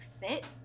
fit